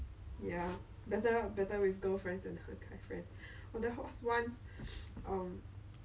one side is supposed to be a bit more see thr~ no one side was opaque one side was